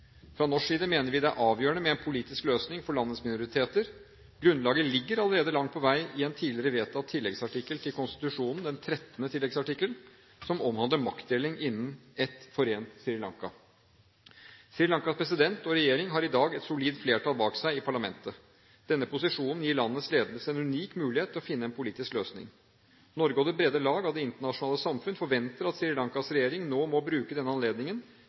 Fra norsk side mener vi det er avgjørende med en politisk løsning for landets minoriteter. Grunnlaget ligger allerede langt på vei i en tidligere vedtatt tilleggsartikkel til konstitusjonen, den 13. tilleggsartikkel, som omhandler maktdeling innen et forent Sri Lanka. Sri Lankas president og regjering har i dag et solid flertall bak seg i parlamentet. Denne posisjonen gir landets ledelse en unik mulighet til å finne en politisk løsning. Norge og det brede lag av det internasjonale samfunn forventer at Sri Lankas regjering nå må bruke denne anledningen